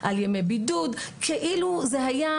שגם ככה מאוד